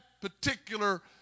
particular